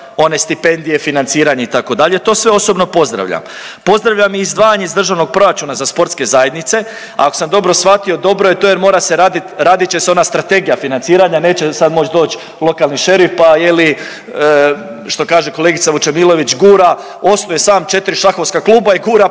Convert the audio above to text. one stipendije, financiranje itd., to sve osobno pozdravljam. Pozdravljam i izdvajanje iz Državnog proračuna za sportske zajednice, a ako sam dobro shvatio dobro je to jer mora se radit, radit će se ona strategija financiranja, neće sad moći doći lokalni šerif pa je li što kaže kolegica Vučemilović gura, osnuje sam 4 šahovska kluba i gura